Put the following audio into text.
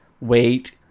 wait